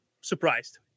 surprised